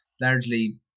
largely